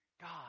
God